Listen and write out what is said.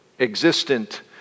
existent